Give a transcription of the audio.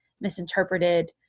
misinterpreted